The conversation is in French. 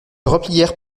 replièrent